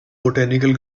botanical